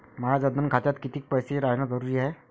माया जनधन खात्यात कितीक पैसे रायन जरुरी हाय?